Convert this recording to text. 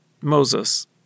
Moses